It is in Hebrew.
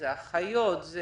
האחיות,